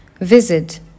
visit